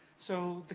so,